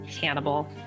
Hannibal